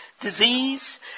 disease